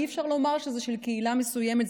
אי-אפשר לומר שזה של קהילה מסוימת,